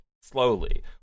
slowly